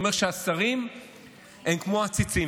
הוא אומר שהשרים הם כמו עציצים.